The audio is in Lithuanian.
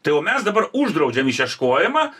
tai o mes dabar uždraudžiam išieškojimą